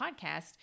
podcast